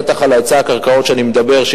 בטח להיצע הקרקעות שאני מדבר עליו,